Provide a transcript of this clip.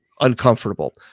uncomfortable